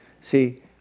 See